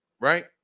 Right